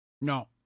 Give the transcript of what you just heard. No